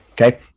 okay